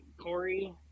Corey